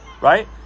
right